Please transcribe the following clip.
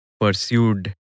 pursued